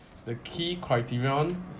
the key criterion